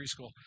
preschool